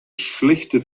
schlechte